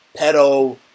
pedo